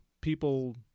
people